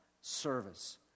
service